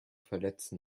verletzen